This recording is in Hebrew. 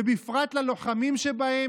ובפרט ללוחמים שבהם,